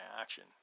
action